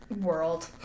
world